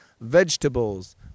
vegetables